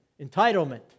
entitlement